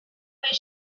where